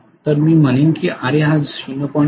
तर मी म्हणेन की Ra हा 0